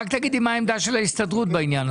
רק תגידי מה העמדה של ההסתדרות בעניין הזה.